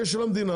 יהיה של המדינה,